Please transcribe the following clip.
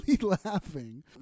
laughing